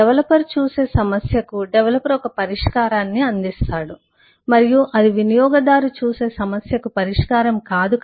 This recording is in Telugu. డెవలపర్ చూసే సమస్యకు డెవలపర్ ఒక పరిష్కారాన్ని అందిస్తాడు మరియు అది వినియోగదారు చూసే సమస్యకు పరిష్కారం కాదు